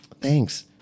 Thanks